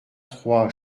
trois